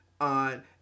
on